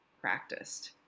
practiced